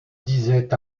disaient